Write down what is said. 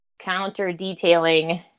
counter-detailing